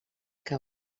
que